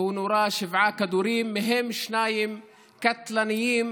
והוא נורה שבעה כדורים, מהם שניים קטלניים